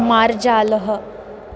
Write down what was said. मार्जालः